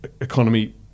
economy